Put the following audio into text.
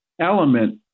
element